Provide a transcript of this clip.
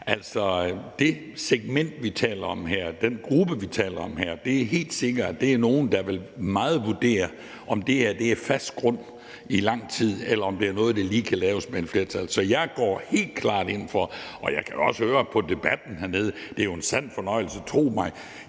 Det segment, vi taler om her, den gruppe, vi taler om her, er helt sikkert nogle, der meget vil vurdere, om det her er på fast grund i lang tid, eller om det er noget, der lige kan laves med et flertal. Så jeg går helt klart ind for et bredt engagement. Jeg kan også høre det på debatten hernede, og det er jo en sand fornøjelse, tro mig,